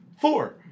Four